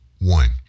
one